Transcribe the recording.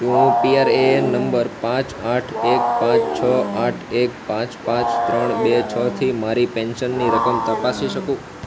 શું હું PRAN number પાંચ આઠ એક પાંચ છ આઠ એક પાંચ પાંચ ત્રણ બે છથી મારી પેન્શનની રકમ તપાસી શકું